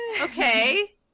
Okay